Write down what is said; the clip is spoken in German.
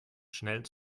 schnell